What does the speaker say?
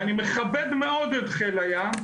ואני מכבד מאוד את חיל הים,